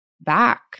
back